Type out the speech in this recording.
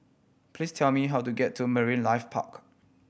please tell me how to get to Marine Life Park